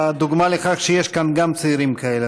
אתה דוגמה לכך שיש כאן גם צעירים כאלה.